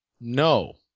No